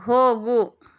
ಹೋಗು